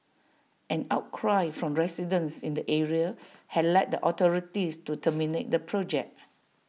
an outcry from residents in the area had led the authorities to terminate the project